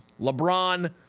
LeBron